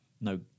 no